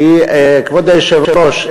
כבוד היושב-ראש,